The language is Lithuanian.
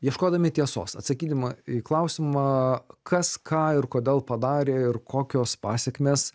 ieškodami tiesos atsakydama į klausimą kas ką ir kodėl padarė ir kokios pasekmės